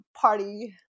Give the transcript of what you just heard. party